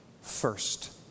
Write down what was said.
first